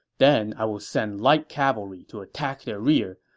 then i will send light cavalry to attack their rear.